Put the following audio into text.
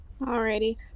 alrighty